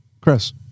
Chris